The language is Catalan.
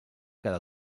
cada